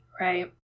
Right